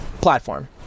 platform